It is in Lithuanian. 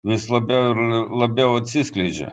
vis labiau ir labiau atsiskleidžia